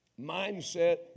mindset